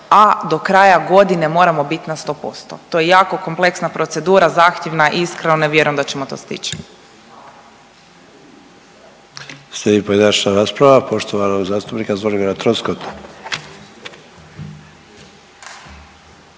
a do kraja godine moramo bit na 100%. To je jako kompleksna procedura, zahtjevna i iskreno ne vjerujem da ćemo to stići.